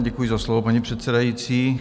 Děkuji za slovo, paní předsedající.